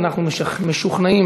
אנחנו משוכנעים